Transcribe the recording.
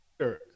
sure